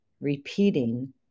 repeating